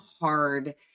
hard